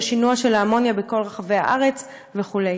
בשינוע של האמוניה בכל רחבי הארץ וכו'.